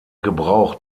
gebrauch